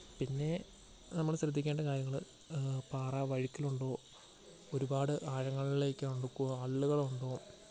പിന്നെ നമ്മൾ ശ്രദ്ധിക്കേണ്ട കാര്യങ്ങൾ പാറ വഴുക്കലുണ്ടോ ഒരുപാട് ആഴങ്ങളിലേക്ക് കൂടുമ്പോൾ അള്ളുകളുണ്ടോ